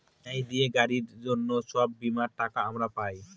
ন্যায় দিয়ে গাড়ির জন্য সব বীমার টাকা আমরা পাই